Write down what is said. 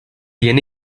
yeni